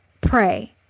pray